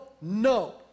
no